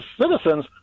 citizens